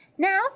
Now